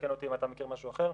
תקן אותי אם אתה מכיר משהו אחר,